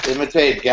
Imitate